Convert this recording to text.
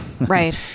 Right